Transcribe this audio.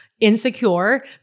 insecure